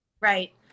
Right